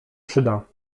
przyda